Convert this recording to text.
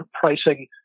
pricing